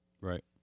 Right